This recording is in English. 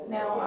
Now